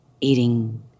eating